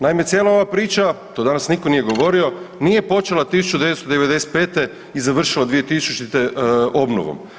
Naime cijela ova priča to danas nitko nije govorio nije počela 1995. i završila 2000. obnovom.